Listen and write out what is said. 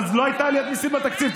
אבל לא הייתה עליית מיסים בתקציב.